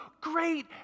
great